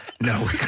No